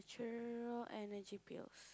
Natural Energy Pills